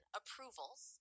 approvals